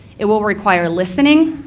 it will require listening,